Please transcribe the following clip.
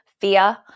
fear